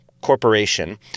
Corporation